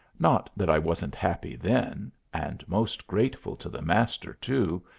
not that i wasn't happy then, and most grateful to the master, too,